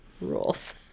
rules